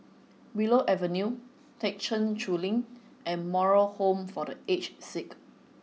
Willow Avenue Thekchen Choling and Moral Home for The Aged Sick